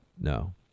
No